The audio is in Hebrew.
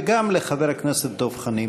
וגם לחבר הכנסת דב חנין.